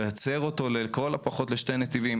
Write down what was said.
להצר אותו לכל הפחות לשני נתיבים,